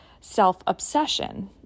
self-obsession